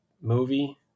movie